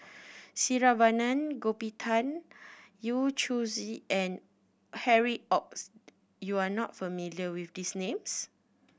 Saravanan Gopinathan Yu Zhuye and Harry Ord you are not familiar with these names